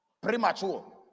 premature